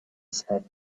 said